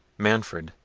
manfred,